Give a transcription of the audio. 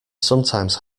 sometimes